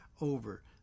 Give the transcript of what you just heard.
over